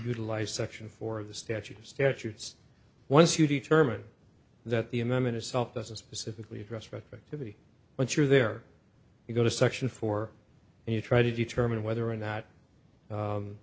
utilised section for the statute of statutes once you determine that the amendment itself doesn't specifically address protectively once you're there you go to section four and you try to determine whether or not